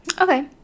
Okay